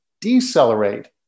decelerate